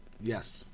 Yes